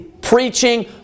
preaching